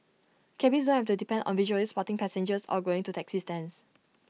cabbies don't have to depend on visually spotting passengers or going to taxi stands